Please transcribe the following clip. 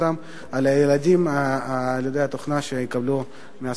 הילדים על-ידי התוכנה שיקבלו מהספקים.